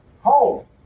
Home